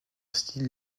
style